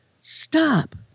Stop